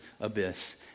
abyss